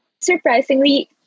surprisingly